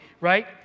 right